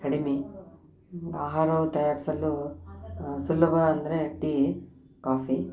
ಕಡಿಮೆ ಆಹಾರವ ತಯಾರಿಸಲು ಸುಲಭ ಅಂದರೆ ಟೀ ಕಾಫಿ